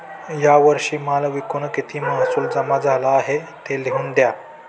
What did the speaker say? या वर्षी माल विकून किती महसूल जमा झाला आहे, ते लिहून द्या